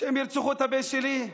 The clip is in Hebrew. שהם ירצחו את הבן שלי?